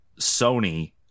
Sony